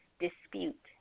dispute